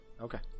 Okay